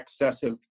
excessive